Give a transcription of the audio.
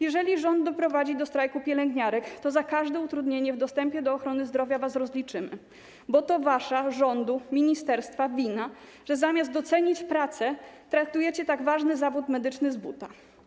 Jeżeli rząd doprowadzi do strajku pielęgniarek, to za każde utrudnienie w dostępie do ochrony zdrowia was rozliczymy, bo to wasza, rządu, ministerstwa, wina, że zamiast docenić pracę, traktujecie tak ważne zawody medyczne z buta.